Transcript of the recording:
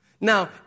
Now